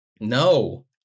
No